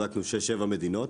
בדקנו שש-שבע מדינות